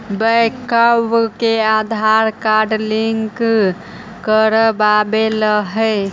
बैंकवा मे Aadhaar card link करवैलहो है?